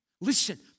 listen